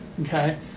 Okay